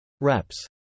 Reps